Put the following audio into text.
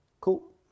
Cool